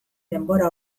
denbora